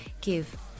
give